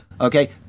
okay